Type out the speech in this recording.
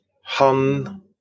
Han